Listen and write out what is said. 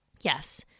yes